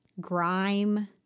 grime